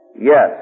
Yes